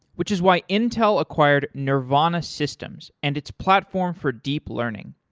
which is why intel acquired nervana systems and its platform for deep learning.